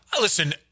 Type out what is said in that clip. Listen